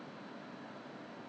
I will start to wash my face again